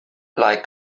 like